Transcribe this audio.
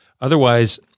Otherwise